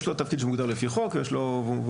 יש לו תפקיד שמוגדר לפי חוק ואני חושב